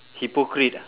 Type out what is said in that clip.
hypocrite